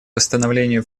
восстановлению